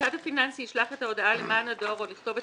המוסד הפיננסי ישלח את ההודעה למען הדואר או לכתובת